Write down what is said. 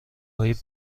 های